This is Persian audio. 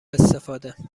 استفاده